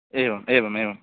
एवम् एवमेवम्